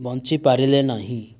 ବଞ୍ଚିପାରିଲେ ନାହିଁ